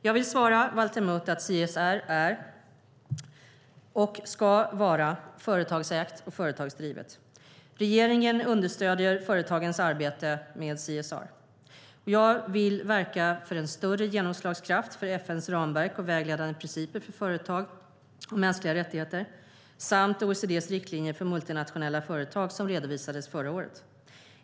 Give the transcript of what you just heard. Jag vill svara Valter Mutt att CSR är, och ska vara, företagsägt och företagsdrivet. Regeringen understöder företagens arbete med CSR. Jag vill verka för en större genomslagskraft för FN:s ramverk och vägledande principer för företag och mänskliga rättigheter samt OECD:s riktlinjer för multinationella företag som reviderades förra året.